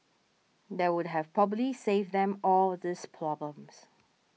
that would have probably saved them all these problems